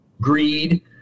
greed